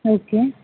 okay